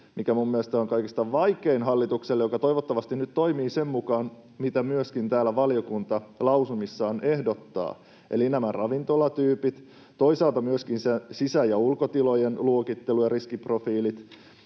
mikä minun mielestäni on kaikista vaikein hallitukselle, joka toivottavasti nyt toimii sen mukaan, mitä myöskin täällä valiokunta lausumissaan ehdottaa: eli nämä ravintolatyypit, toisaalta myöskin se sisä‑ ja ulkotilojen luokittelu ja riskiprofiilit,